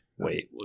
Wait